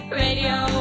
radio